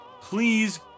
Please